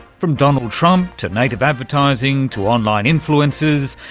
from donald trump to native advertising to online influencers,